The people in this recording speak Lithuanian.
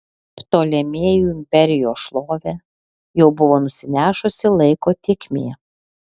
ptolemėjų imperijos šlovę jau buvo nusinešusi laiko tėkmė